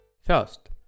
First